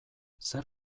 zer